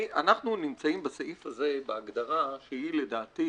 אנחנו נמצאים בסעיף הזה בהגדרה שהיא לדעתי,